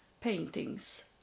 paintings